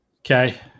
Okay